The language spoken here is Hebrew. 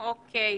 בבקשה.